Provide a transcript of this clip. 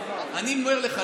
אני אומר לך,